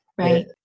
Right